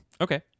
okay